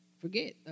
forget